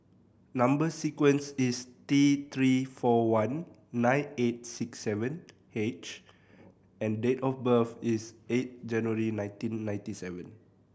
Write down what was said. number sequence is T Three four one nine eight six seven H and date of birth is eight January nineteen ninety seven